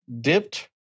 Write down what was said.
dipped